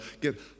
get